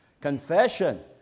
Confession